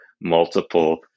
multiple